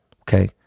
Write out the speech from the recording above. okay